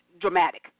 dramatic